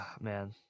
Man